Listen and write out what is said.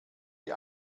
die